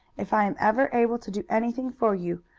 if i am ever able to do anything for you,